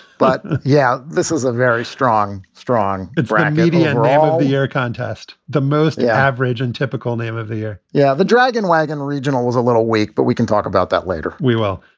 but yeah, this is a very strong, strong brand idea. and all of the year contest the most average and typical name of the year yeah, the dragon wagon regional is a little weak, but we can talk about that later we will.